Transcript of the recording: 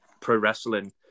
pro-wrestling